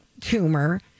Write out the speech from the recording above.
tumor